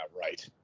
right